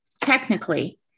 technically